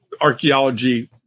archaeology